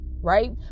right